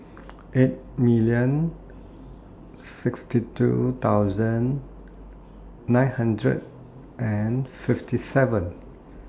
eight million sixty two thousand nine hundred and fifty seven